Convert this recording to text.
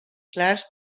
clars